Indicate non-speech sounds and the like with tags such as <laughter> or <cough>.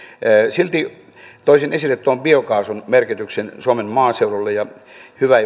silti toisin esille biokaasun merkityksen suomen maaseudulle ja hyvä <unintelligible>